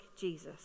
Jesus